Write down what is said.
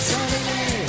Saturday